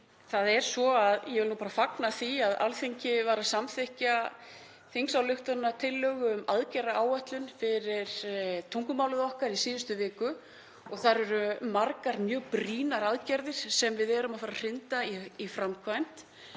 forseti. Ég vil bara fagna því að Alþingi væri að samþykkja þingsályktunartillögu um aðgerðaáætlun fyrir tungumálið okkar í síðustu viku og þar eru margar mjög brýnar aðgerðir sem við erum að fara að hrinda í framkvæmd.